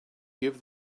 give